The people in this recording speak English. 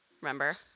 Remember